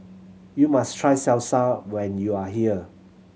you must try Salsa when you are here